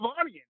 audience